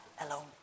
alone